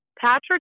Patrick